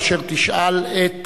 אשר תשאל את